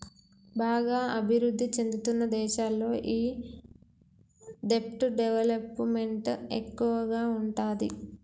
బాగా అభిరుద్ధి చెందుతున్న దేశాల్లో ఈ దెబ్ట్ డెవలప్ మెంట్ ఎక్కువగా ఉంటాది